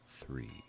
Three